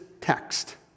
text